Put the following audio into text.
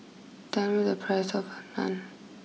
tell me the price of Naan